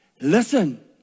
listen